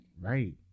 right